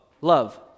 Love